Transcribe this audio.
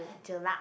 jelak